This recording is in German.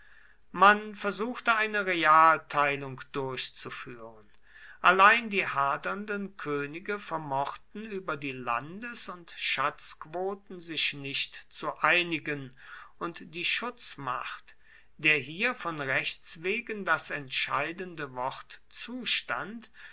man versuchte eine realteilung durchzuführen allein die hadernden könige vermochten über die landes und schatzquoten sich nicht zu einigen und die schutzmacht der hier von rechts wegen das entscheidende wort zustand